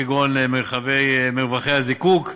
כגון מרווחי הזיקוק,